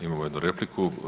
Imamo jednu repliku.